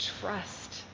trust